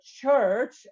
church